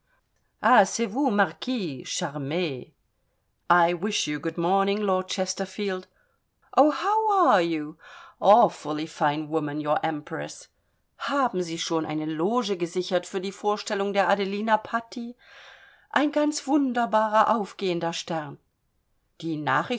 haben sie schon eine loge gesichert für die vorstellung der adelina patti ein ganz wunderbarer aufgehender stern die